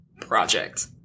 project